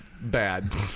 bad